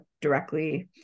directly